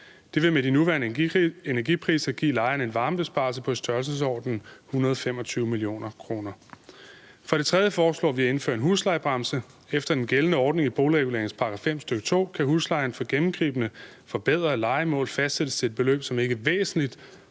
Det vil med de nuværende energipriser give lejerne en varmebesparelse på i størrelsesordenen 125 mio. kr. For det tredje foreslår vi at indføre en huslejebremse. Efter den gældende ordning i boligreguleringslovens § 5, stk. 2, kan huslejen for gennemgribende forbedrede lejemål fastsættes til et beløb, som ikke væsentligt